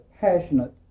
passionate